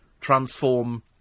Transform